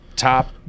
top